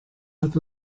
hat